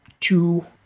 two